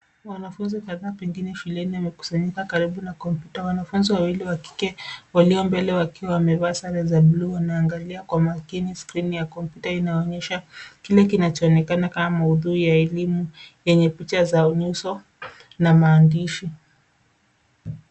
Wanafunzi kadhaa pengine shuleni wamekusanyika karibu na kompyuta ,wanafunzi wawili wa kike walio mbele wakiwa wamevaa sare za buluu wanagalia kwa makini skrini ya kompyuta inaonyesha kile kinachoonekana kama maudhui ya elimu yenye picha za nyuso na maandishi.